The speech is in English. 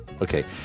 Okay